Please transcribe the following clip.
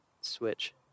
switch